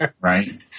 Right